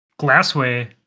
Glassway